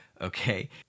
Okay